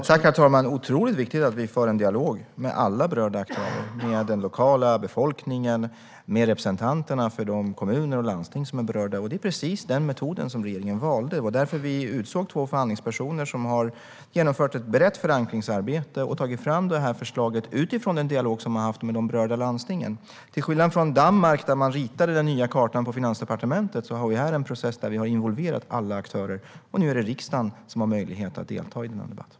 Herr talman! Det är otroligt viktigt att vi för en dialog med alla berörda aktörer - med lokalbefolkningen och med representanterna för de kommuner och landsting som är berörda. Det var också precis den metoden som regeringen valde. Det var därför vi utsåg två förhandlingspersoner, som nu har genomfört ett brett förankringsarbete och tagit fram det här förslaget utifrån en dialog som de har haft med de berörda landstingen. Till skillnad från i Danmark, där man ritade den nya kartan på finansdepartementet, har vi här en process där vi har involverat alla aktörer. Nu är det riksdagen som har möjlighet att delta i debatten.